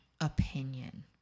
opinion